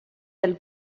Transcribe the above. del